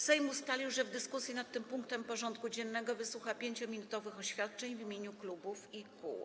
Sejm ustalił, że w dyskusji nad tym punktem porządku dziennego wysłucha 5-minutowych oświadczeń w imieniu klubów i kół.